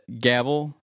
Gabble